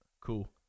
cool